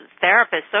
therapist